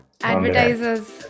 advertisers